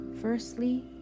Firstly